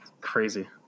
Crazy